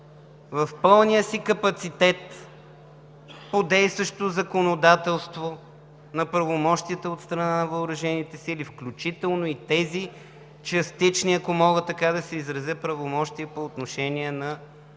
в пълния си капацитет по действащото законодателство на правомощията от страна на въоръжените сили, включително и тези частични, ако мога така да се изразя, правомощия по отношение на прилагането